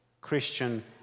Christian